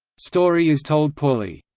story is told poorly.